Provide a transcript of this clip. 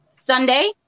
Sunday